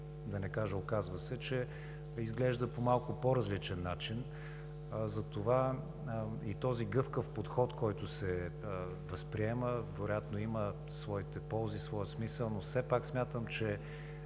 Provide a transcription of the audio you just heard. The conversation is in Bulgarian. да не кажа, оказва се, че изглежда по малко по-различен начин. Затова и този гъвкав подход, който се възприема, вероятно има своите ползи, своя смисъл, но все пак смятам, че